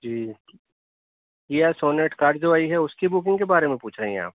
جی Kia Sonet car جو آئی ہے اس کی بکنگ کے بارے میں پوچھ رہی ہیں آپ